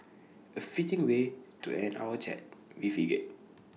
A fitting way to end our chat we figured